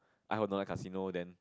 I who don't like casino then